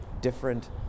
different